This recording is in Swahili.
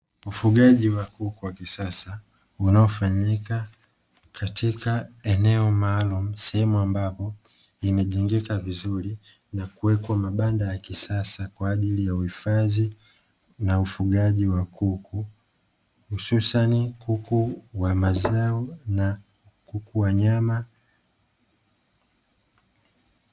Ufugaji wa kuku wa kisasa unaofanyika katika eneo maalumu, sehemu ambapo imejengeka vizuri na kuwekwa mabanda ya kisasa. Kwa ajili ya uhifadhi na ufugaji wa kuku hususani kuku wa mazao na kuku wa nyama.